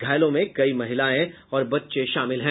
घायलों में कई महिलाएं और बच्चे शामिल हैं